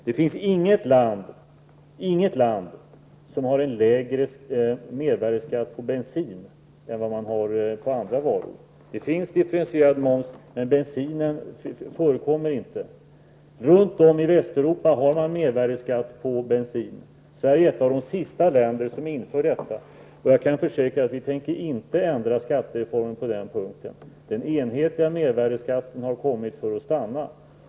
Det finns inget land som har en lägre mervärdeskatt på bensin än vad man har på andra varor. Det finns differentierad moms, men det förekommer inte för bensin. Runt om i Västeuropa har man mervärdeskatt på bensin. Sverige var ett av de länder som sist införde den skatten, och jag kan försäkra att vi inte tänker ändra skattereformen på den punkten. Den enhetliga mervärdeskatten har kommit för att stanna.